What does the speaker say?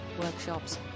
workshops